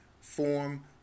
form